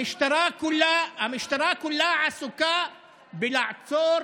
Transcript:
עכשיו, המשטרה כולה עסוקה בלעצור,